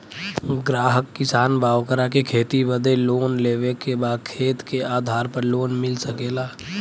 ग्राहक किसान बा ओकरा के खेती बदे लोन लेवे के बा खेत के आधार पर लोन मिल सके ला?